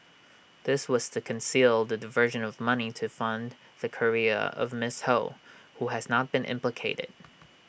this was to conceal the diversion of money to fund the career of miss ho who has not been implicated